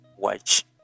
watch